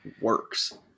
works